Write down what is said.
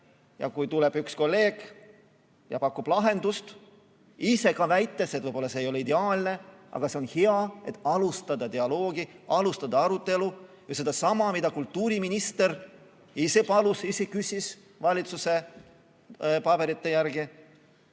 Ja nüüd tuleb üks kolleeg ja pakub lahendust, ise ka väites, et võib-olla see ei ole ideaalne, aga see on hea selleks, et alustada dialoogi, alustada arutelu, see on sedasama, mida kultuuriminister ise palus, ise küsis, valitsuse paberite järgi